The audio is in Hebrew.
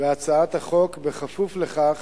בהצעת החוק בכפוף לכך